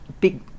big